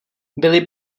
byly